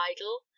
idle